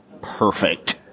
perfect